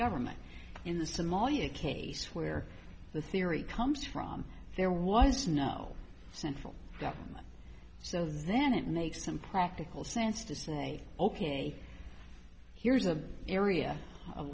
government in the somalia case where the theory comes from there was no central government so then it makes some practical sense to say ok here's an area of